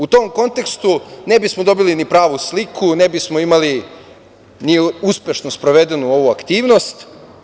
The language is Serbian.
U tom kontekstu ne bismo dobili ni pravu sliku, ne bismo imali ni uspešno sprovedenu ovu aktivnost.